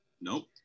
Nope